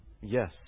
yes